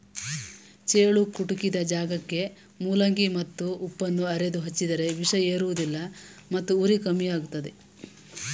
ಚೇಳು ಕುಟುಕಿದ ಜಾಗಕ್ಕೆ ಮೂಲಂಗಿ ಮತ್ತು ಉಪ್ಪನ್ನು ಅರೆದು ಹಚ್ಚಿದರೆ ವಿಷ ಏರುವುದಿಲ್ಲ ಮತ್ತು ಉರಿ ಕಮ್ಮಿಯಾಗ್ತದೆ